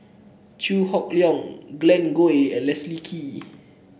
Chew Hock Leong Glen Goei and Leslie Kee